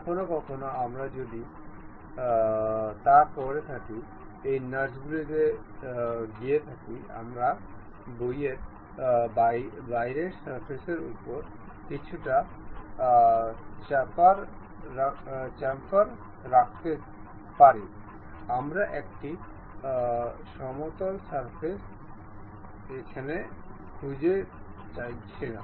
কখনও কখনও আমরা যা করি তা এই নাটসগুলিতে থাকে আমরা বাইরের সারফেসের উপর কিছুটা চম্পার রাখতে চাই আমরা একটি সমতল সারফেস চাই না